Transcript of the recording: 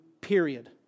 period